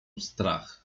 strach